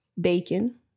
Bacon